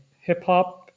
hip-hop